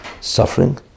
suffering